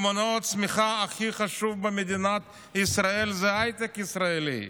ומנוע הצמיחה הכי חשוב במדינת ישראל זה ההייטק הישראלי.